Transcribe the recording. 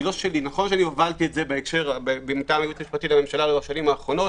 נכון שהובלתי את זה מטעם הייעוץ המשפטי לממשלה בשנים האחרונות.